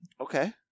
Okay